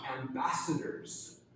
ambassadors